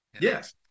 Yes